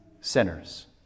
sinners